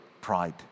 pride